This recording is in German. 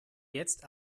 jetzt